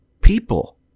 People